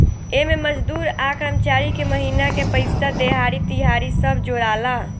एमे मजदूर आ कर्मचारी के महिना के पइसा, देहाड़ी, तिहारी सब जोड़ाला